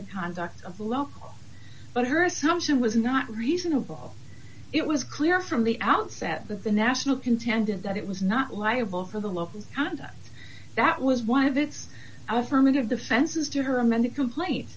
the conduct of local but her assumption was not reasonable it was clear from the outset that the national contended that it was not liable for the local conduct that was one of its affirmative defenses to her amended complain